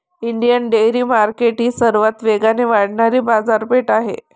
Indian dairy market ही सर्वात वेगाने वाढणारी बाजारपेठ आहे